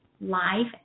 live